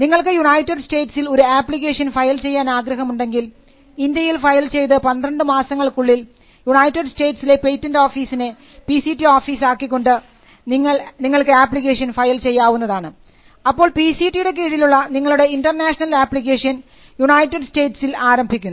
നിങ്ങൾക്ക് യുണൈറ്റഡ് സ്റ്റേറ്റ്സിൽ ഒരു ആപ്ലിക്കേഷൻ ഫയൽ ചെയ്യാൻ ആഗ്രഹമുണ്ടെങ്കിൽ ഇന്ത്യയിൽ ഫയൽ ചെയ്തു 12 മാസങ്ങൾക്കുള്ളിൽ യുണൈറ്റഡ് സ്റ്റേറ്റ്സിലെ പേറ്റൻറ് ഓഫീസിനെ പി സി ടി ഓഫീസ് ആക്കി കൊണ്ട് നിങ്ങൾക്ക് ആപ്ലിക്കേഷൻ ഫയൽ ചെയ്യാവുന്നതാണ് അപ്പോൾ പി സി ടി യുടെ കീഴിലുള്ള നിങ്ങളുടെ ഇൻറർനാഷണൽ ആപ്ലിക്കേഷൻ യുണൈറ്റഡ് സ്റ്റേറ്റ്സിൽ ആരംഭിക്കുന്നു